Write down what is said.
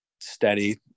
steady